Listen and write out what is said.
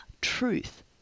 truth